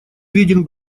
виден